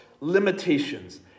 limitations